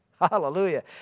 Hallelujah